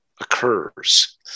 occurs